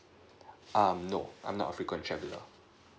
um no I'm not frequent traveller